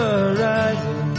horizon